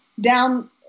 down